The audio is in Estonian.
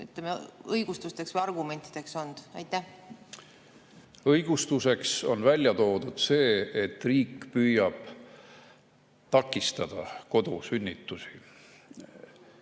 õigustuseks või argumentideks olnud? Õigustusena on toodud see, et riik püüab takistada kodusünnitusi.